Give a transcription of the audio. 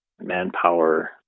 manpower